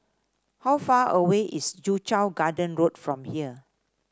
how far away is Soo Chow Garden Road from here